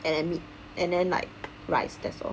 and then and then like rice that's all